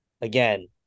again